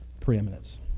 Preeminence